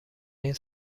این